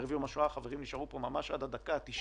חברים נשארו פה ממש עד הדקה ה-90